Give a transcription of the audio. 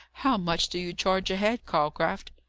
how much do you charge a head, calcraft?